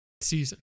season